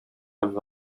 hebben